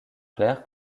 clair